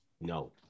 No